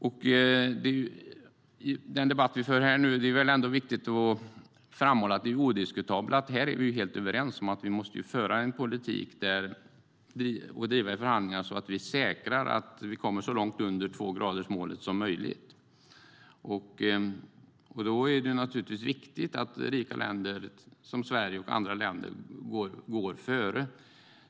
I den debatt vi nu för är det viktigt att framhålla att vi odiskutabelt är helt överens om att vi måste föra en politik och driva förhandlingar så att vi säkrar att vi kommer så långt under tvågradersmålet som möjligt. Då är det naturligtvis viktigt att rika länder som Sverige och andra länder går före.